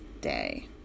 Day